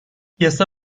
yasa